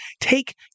take